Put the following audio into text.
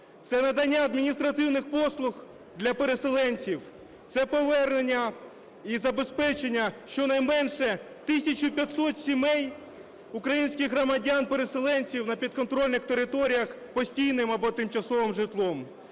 Це надання адміністративних послуг для переселенців, це повернення і забезпечення щонайменше 1 тисячі 500 сімей українських громадян-переселенців на підконтрольних територіях постійним або тимчасовим житлом.